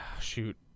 shoot